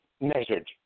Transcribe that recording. measured